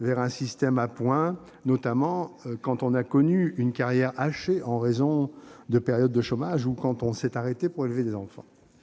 vers un système à points, singulièrement quand on a connu une carrière hachée en raison de périodes de chômage ou quand on s'est arrêté pour élever des enfants.